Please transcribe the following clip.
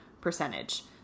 percentage